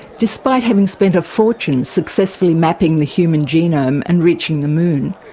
despite having spent a fortune successfully mapping the human genome and reaching the moon,